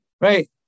right